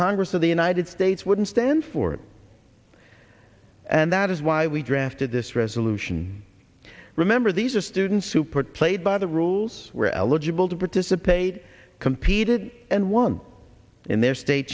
congress of the united states wouldn't stand for it and that is why we drafted this resolution remember these are students who put played by the rules were eligible to participate competed and won in their state